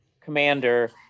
commander